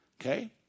okay